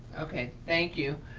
okay, thank you.